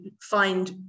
find